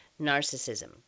narcissism